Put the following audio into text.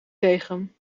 tegen